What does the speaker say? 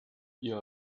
ihr